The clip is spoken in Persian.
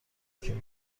کرد